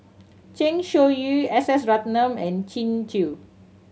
Zeng Shouyin S S Ratnam and Kin Chui